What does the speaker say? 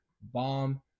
bomb